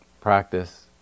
practice